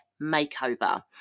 Makeover